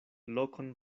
lokon